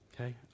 okay